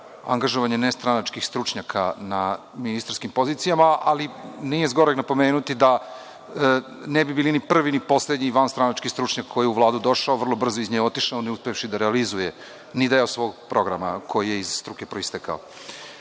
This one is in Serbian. angažovanje nestranačkih stručnjaka na ministarskim pozicijama, ali nije zgoreg napomenuti da ne bi bili ni prvi ni poslednji vanstranački stručnjak koji je u Vladu došao, vrlo brzo iz nje otišao ne uspevši da realizuje ni deo svog programa koji je proistekao